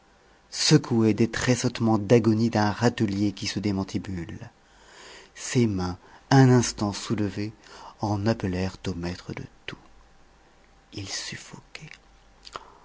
secouées des tressautements d'agonie d'un râtelier qui se démantibule ses mains un instant soulevées en appelèrent au maître de tout il suffoquait